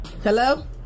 Hello